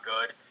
good